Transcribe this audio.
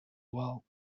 well